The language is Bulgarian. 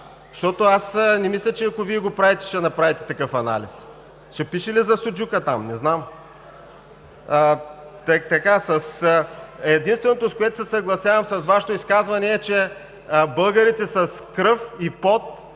Защото аз не мисля, че ако Вие го правите, ще направите такъв анализ. Ще пише ли за суджука там, не знам?! Единственото, по което се съгласявам с Вашето изказване, е, че българите с кръв и пот